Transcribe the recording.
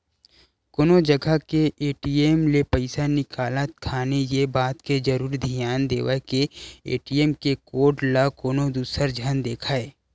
कोनो जगा के ए.टी.एम ले पइसा निकालत खानी ये बात के जरुर धियान देवय के ए.टी.एम के कोड ल कोनो दूसर झन देखय